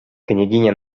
княгиня